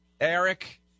Eric